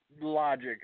logic